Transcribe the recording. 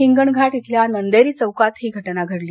हिंगणघाट इथल्या नंदेरी चौकात ही घटना घडली